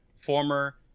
former